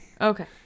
Okay